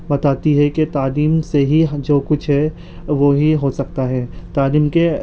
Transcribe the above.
بتاتی ہے کہ تعلیم سے ہی جو کچھ ہے وہی ہو سکتا ہے تعلیم کے